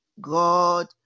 God